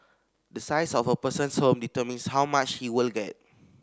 the size of a person's home determines how much he will get